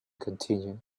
continued